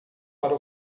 para